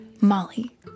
molly